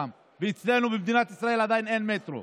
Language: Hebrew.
ואצלנו במדינת ישראל עדיין אין מטרו.